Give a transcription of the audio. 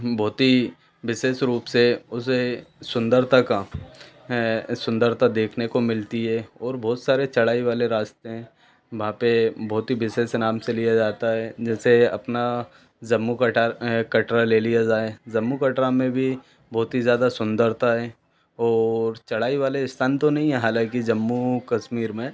बहुत ही विशेष रूप से उसे सुंदरता का सुंदरता देखने को मिलती है और बहुत सारे चढ़ाई वाले रास्ते है वहाँ पे बहुत ही विशेष नाम से लिया जाता है जैसे अपना ज़म्मू कटरा कटरा ले लिया ज़ाए ज़म्मू कटरा में भी बहुत ही ज़्यादा सुंदरता है और चढ़ाई वाले स्थान तो नहीं है हालांकि जम्मू कश्मीर में